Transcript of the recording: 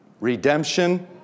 redemption